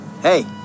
Hey